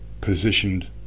positioned